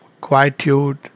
quietude